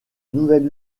nouvel